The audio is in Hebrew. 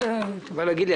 אתה בא להגיד לי?